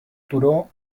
turó